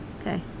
Okay